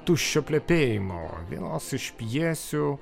tuščio plepėjimo vienos iš pjesių